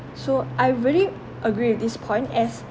so I really agree with this point as